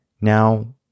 Now